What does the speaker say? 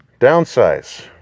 downsize